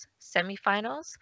semifinals